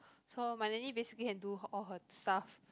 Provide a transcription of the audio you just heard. so my nanny basically can do all her stuff